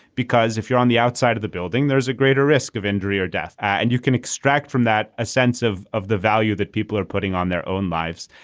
because if you're on the outside of the building there is a greater risk of injury or death and you can extract from that a sense of of the value that people are putting on their own lives.